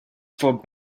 for